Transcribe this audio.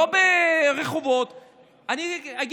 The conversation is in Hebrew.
אני נגד